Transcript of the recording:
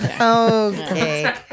okay